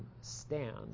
stand